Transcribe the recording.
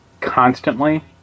constantly